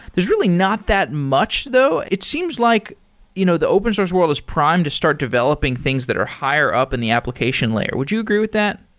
there's really not that much though. it seems like you know the open source world is primed to start developing things that are higher up in the application layer. would you agree with that?